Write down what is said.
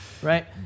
Right